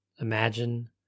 Imagine